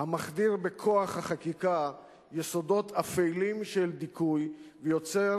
המחדיר בכוח החקיקה יסודות אפלים של דיכוי ויוצר